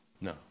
No